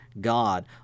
God